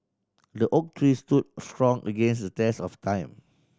the oak tree stood strong against the test of time